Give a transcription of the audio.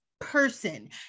person